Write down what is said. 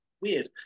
Weird